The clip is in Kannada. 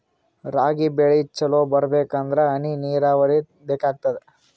ರಾಗಿ ಬೆಳಿ ಚಲೋ ಬರಬೇಕಂದರ ಹನಿ ನೀರಾವರಿ ಬೇಕಾಗತದ?